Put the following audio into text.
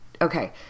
Okay